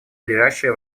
ближайшее